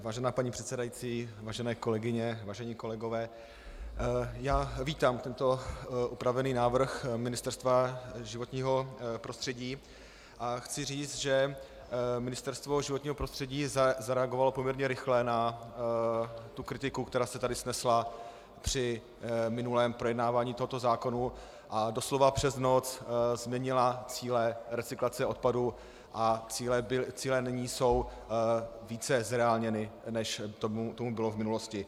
Vážená paní předsedající, vážené kolegyně, vážení kolegové, já vítám tento upravený návrh Ministerstva životního prostředí a chci říct, že Ministerstvo životního prostředí zareagovalo poměrně rychle na kritiku, která se tady snesla při minulém projednávání tohoto zákona, a doslova přes noc změnilo cíle recyklace odpadu a cíle nyní jsou více zreálněny, než tomu bylo v minulosti.